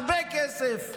הרבה כסף.